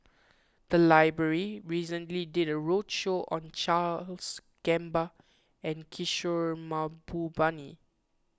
the library recently did a roadshow on Charles Gamba and Kishore Mahbubani